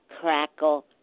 Crackle